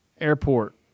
airport